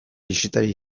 bisitari